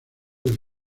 del